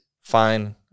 fine